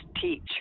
teach